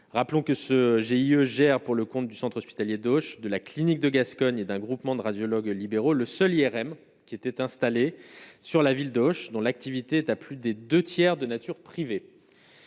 rappelons que ce GIE gère pour le compte du centre hospitalier de gauche de la clinique de Gascogne et d'un groupement de radiologues libéraux, le seul IRM qui était installés sur la ville d'Auch, dont l'activité est à plus des 2 tiers de nature privée.